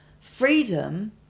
freedom